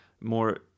more